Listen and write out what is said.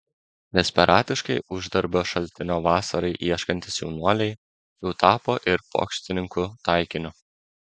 desperatiškai uždarbio šaltinio vasarai ieškantys jaunuoliai jau tapo ir pokštininkų taikiniu